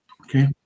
Okay